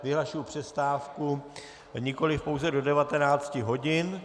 Vyhlašuji přestávku nikoliv pouze do 19 hodin.